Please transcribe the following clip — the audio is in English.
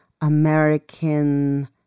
American